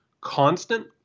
constant